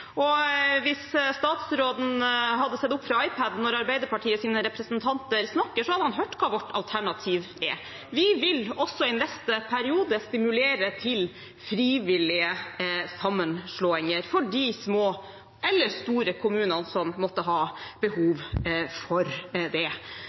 med. Hvis statsråden hadde sett opp fra iPad-en når Arbeiderpartiets representanter snakker, hadde han hørt hva vårt alternativ er. Vi vil også i neste periode stimulere til frivillige sammenslåinger for de små eller store kommunene som måtte ha